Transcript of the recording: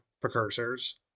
precursors